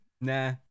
nah